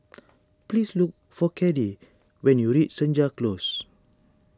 please look for Caddie when you reach Senja Close